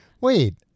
Wait